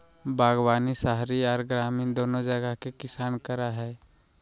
बागवानी शहरी आर ग्रामीण दोनो जगह के किसान करई हई,